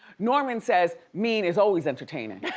norman says mean is always entertaining.